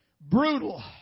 Brutal